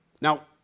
Now